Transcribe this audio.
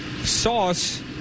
sauce